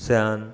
sian